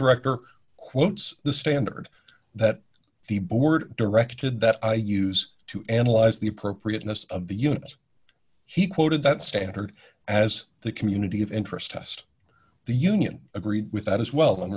director quotes the standard that the board directed that i use to analyze the appropriateness of the unit he quoted that standard as the community of interest test the union agreed with that as well in